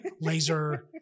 laser